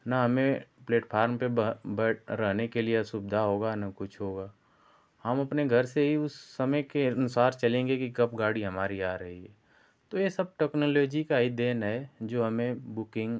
ना हमें प्लेटफारम पर बैठ रहने के लिए असुविधा होगा न कुछ होगा हम अपने घर से ही उस समय के अनुसार चलेंगे कि कब गाड़ी हमारी आ रही है तो ये सब टक्नोलोजी का ही देन है जो हमें बुकिंग